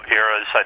eras